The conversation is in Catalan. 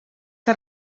que